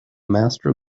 master